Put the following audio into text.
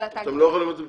אתם לא יכולים לתת פטור,